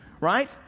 Right